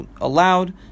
allowed